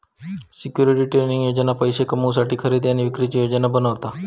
securities trading योजना पैशे कमवुसाठी खरेदी आणि विक्रीची योजना बनवता